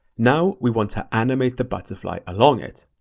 now, we want to animate the butterfly along it.